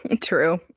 True